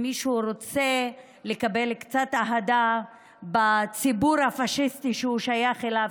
אם מישהו רוצה לקבל קצת אהדה בציבור הפשיסטי שהוא שייך אליו,